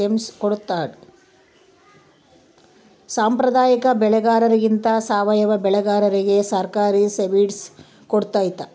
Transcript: ಸಾಂಪ್ರದಾಯಿಕ ಬೆಳೆಗಾರರಿಗಿಂತ ಸಾವಯವ ಬೆಳೆಗಾರರಿಗೆ ಸರ್ಕಾರ ಸಬ್ಸಿಡಿ ಕೊಡ್ತಡ